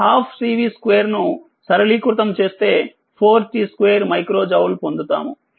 510 6ఫారెడ్కాబట్టి 12 Cv2 ను సరళీకృతం చేస్తే4t2మైక్రో జౌల్ పొందుతాము